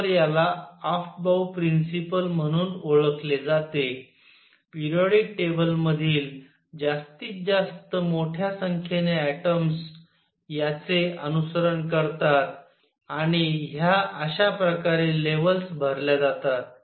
तर याला Aufbau principle म्हणून ओळखले जाते पेरियॉडिक टेबले मधील जास्तीत जास्त मोठ्या संख्येने ऍटॉम्स याचे अनुसरण करतात आणि ह्या अशा प्रकारे लेव्हल्स भरल्या जातात